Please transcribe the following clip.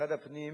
למשרד הפנים